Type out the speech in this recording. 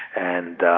and